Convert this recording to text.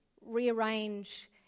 rearrange